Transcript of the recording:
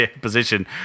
position